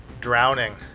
Drowning